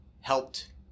helped